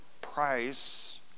price